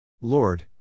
Lord